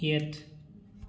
ꯌꯦꯠ